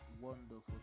wonderful